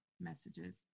messages